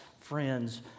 friends